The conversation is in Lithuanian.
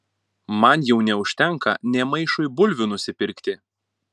man jau neužtenka nė maišui bulvių nusipirkti